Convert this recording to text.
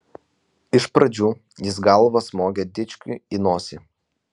iš pradžių jis galva smogė dičkiui į nosį